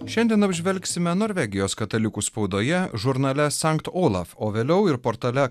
šiandien apžvelgsime norvegijos katalikų spaudoje žurnale sankt olaf o vėliau ir portale